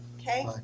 Okay